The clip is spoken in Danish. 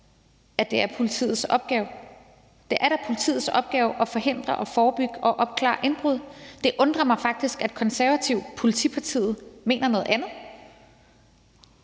at det er politiets opgave. Det er da politiets opgave at forhindre, forebygge og opklare indbrud. Det undrer mig faktisk, at Konservative – politipartiet – mener noget andet.